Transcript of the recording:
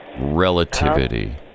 Relativity